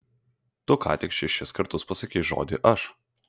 tu ką tik šešis kartus pasakei žodį aš